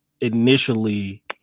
initially